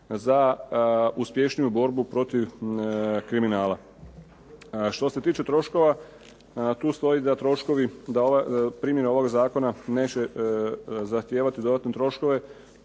za uspješniju borbu protiv kriminala. Što se tiče troškova, tu stoji da troškovi, da primjena ovog zakona neće zahtijevati dodatne troškove.